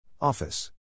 Office